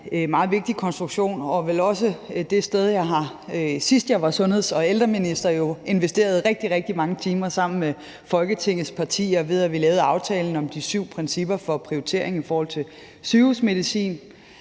meget vigtig konstruktion og vel også er det sted, hvor jeg, sidst da jeg var sundhedsminister, investerede rigtig, rigtig mange timer sammen med Folketingets partier, da vi lavede aftalen om de syv principper for prioritering i forhold til sygehusmedicin,